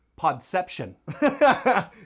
Podception